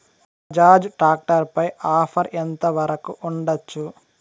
Bajaj tractor పై offer ఎంత వరకు ఉండచ్చు?